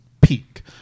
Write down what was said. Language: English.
peak